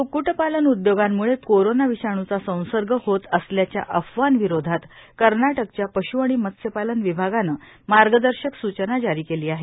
क्क्कूटपालन उद्योगांम्ळे कोरोना विषाणूचा संसर्ग होत असल्याच्या अफवांविरोधात कर्नाटकाच्या पश् आणि मत्स्यपालन विभागाने मार्गदर्शक सूचना जारी केली आहे